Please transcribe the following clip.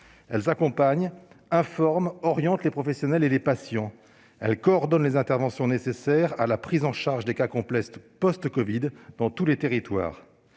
Celles-ci accompagnent, informent, orientent les professionnels et les patients et coordonnent les interventions nécessaires à la prise en charge des cas complexes post-covid, dans tous les territoires.